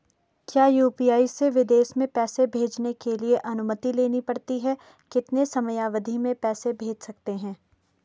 क्या यु.पी.आई से विदेश में पैसे भेजने के लिए अनुमति लेनी पड़ती है कितने समयावधि में पैसे भेज सकते हैं?